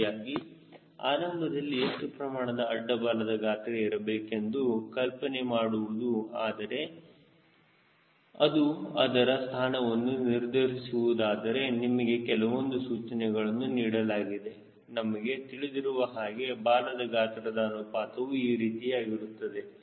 ಹೀಗಾಗಿ ಆರಂಭದಲ್ಲಿ ಎಷ್ಟು ಪ್ರಮಾಣದ ಅಡ್ಡ ಬಾಲದ ಗಾತ್ರ ಇರಬೇಕೆಂದು ಕಲ್ಪನೆ ಮಾಡುವುದುಆದರೆ ಮತ್ತು ಅದರ ಸ್ಥಾನವನ್ನು ನಿರ್ಧರಿಸುವುದಾದರೆ ನಿಮಗೆ ಕೆಲವೊಂದು ಸೂಚನೆಗಳನ್ನು ನೀಡಲಾಗಿದೆ ನಮಗೆ ತಿಳಿದಿರುವ ಹಾಗೆ ಬಾಲದ ಗಾತ್ರದ ಅನುಪಾತವು ಈ ರೀತಿಯಾಗಿರುತ್ತದೆ